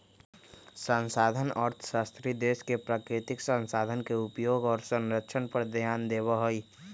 संसाधन अर्थशास्त्री देश के प्राकृतिक संसाधन के उपयोग और संरक्षण पर ध्यान देवा हई